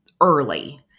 early